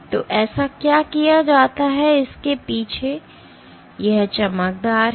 और ऐसा क्या किया जाता है इसके पीछे यह चमकदार है